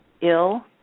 ill